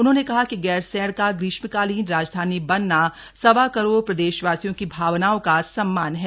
उन्होंने कहा कि गैरसैंण का ग्रीष्मकालीन राजधानी बनना सवा करोड़ प्रदेशवासियों की भावनाओं का सम्मान है